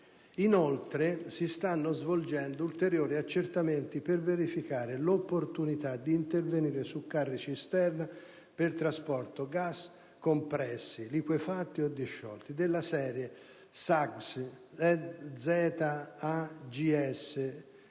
Inoltre, si stanno svolgendo ulteriori accertamenti per verificare l'opportunità di intervenire su carri cisterna per trasporto gas compressi, liquefatti o disciolti della Serie Zags